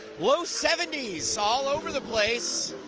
low seventy s all over the place.